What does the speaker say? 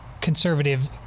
conservative